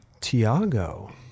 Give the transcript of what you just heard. Tiago